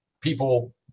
people